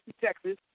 Texas